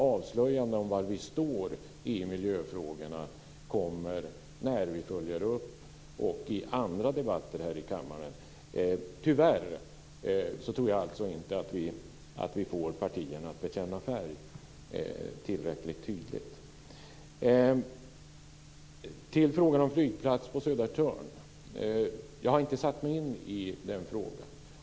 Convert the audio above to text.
Avslöjanden om var vi står i miljöfrågorna kommer när vi följer upp och i andra debatter här i kammaren. Tyvärr tror jag alltså inte att vi får partierna att bekänna färg tillräckligt tydligt. Så går jag till frågan om flygplats på Södertörn. Jag har inte satt mig in i den frågan.